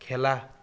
খেলা